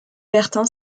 bertin